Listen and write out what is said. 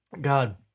God